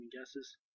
guesses